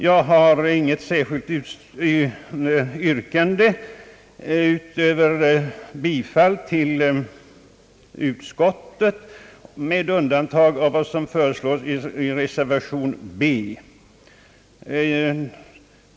Jag har inte något annat yrkande än om bifall till utskottets hemställan med undantag av vad som föreslås i den med b betecknade reservationen.